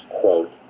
quote